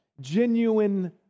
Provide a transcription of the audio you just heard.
Genuine